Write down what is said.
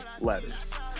letters